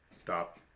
stop